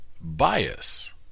bias